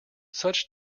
such